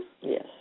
Yes